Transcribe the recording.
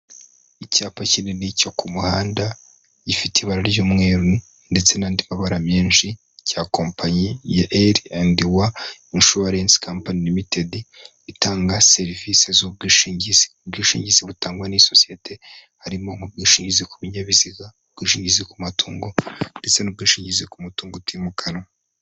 Icyapa kinini cyo ku muhanda, gifite ibara ry'umweru ndetse n'andi mabara menshi cya kompanyi ya L&W Insurance company Lmt itanga serivisi z'ubwishingizi, ubwishingizi butangwa n'iyi sosiyete harimo nk'ubwishingizi ku bininyabiziga, ubwishingizi ku matungo ndetse n'ubwishingizi ku mutungo utimukanwa.